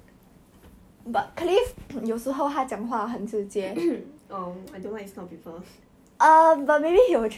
I think he always post on his story like some shit about shana or something like um I don't know but like